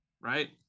Right